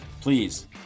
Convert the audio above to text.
please